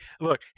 look